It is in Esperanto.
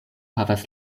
havas